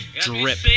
drip